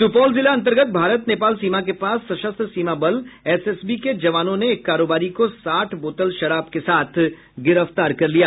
सूपौल जिला अंतर्गत भारत नेपाल सीमा के पास सशस्त्र सीमा बल एसएसबी जवानों ने एक कारोबारी को साठ बोतल शराब के साथ गिरफ्तार कर लिया